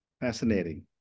Fascinating